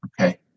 Okay